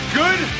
good